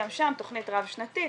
גם שם תכנית רב-שנתית,